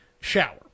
shower